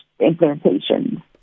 implementation